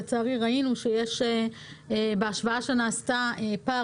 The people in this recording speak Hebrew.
כי לצערי ראינו שבהשוואה שנעשתה יש פער